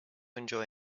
enjoy